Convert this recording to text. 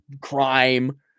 crime